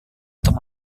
untuk